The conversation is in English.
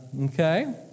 Okay